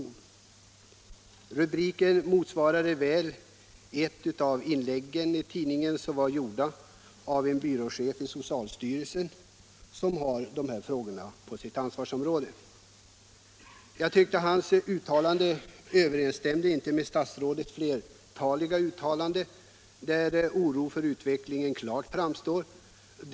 Den rubriken motsvarade väl ett av inläggen i tidningen, som hade gjorts av en byråchef i socialstyrelsen, under vars ansvarsområde de här frågorna faller. Jag tycker inte att hans uttalande överensstämmer med vad statsrådet här har uttalat flera gånger, där hans oro för utvecklingen framstod klart.